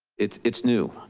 it's it's new,